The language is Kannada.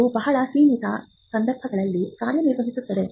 ಇದು ಬಹಳ ಸೀಮಿತ ಸಂದರ್ಭಗಳಲ್ಲಿ ಕಾರ್ಯನಿರ್ವಹಿಸುತ್ತದೆ